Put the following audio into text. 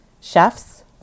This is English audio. chefs